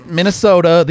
Minnesota